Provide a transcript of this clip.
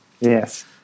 yes